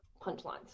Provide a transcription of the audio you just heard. punchlines